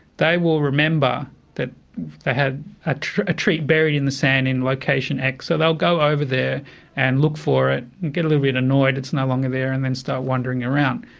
they will remember that they had a treat a treat buried in the sand in location x, so they'll go over there and look for it and get a little bit annoyed it's no longer there and then start wandering around.